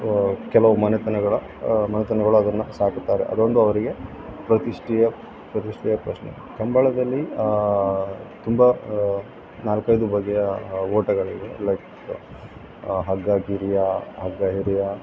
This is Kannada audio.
ಕೆಲವು ಮನೆತನಗಳ ಮನೆತನಗಳು ಅದನ್ನು ಸಾಕುತ್ತಾರೆ ಅದೊಂದು ಅವರಿಗೆ ಪ್ರತಿಷ್ಠೆಯ ಪ್ರತಿಷ್ಠೆಯ ಪ್ರಶ್ನೆ ಕಂಬಳದಲ್ಲಿ ತುಂಬ ನಾಲ್ಕೈದು ಬಗೆಯ ಓಟಗಳಿವೆ ಲೈಕ್ ಹಗ್ಗ ಗಿರಿಯ ಹಗ್ಗ ಹೆರಿಯ